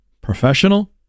Professional